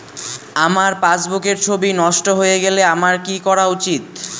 আমার পাসবুকের ছবি নষ্ট হয়ে গেলে আমার কী করা উচিৎ?